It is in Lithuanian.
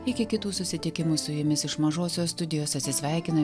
iki kitų susitikimų su jumis iš mažosios studijos atsisveikina